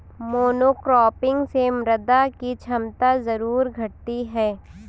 monocropping से मृदा की क्षमता जरूर घटती है